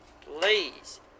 Please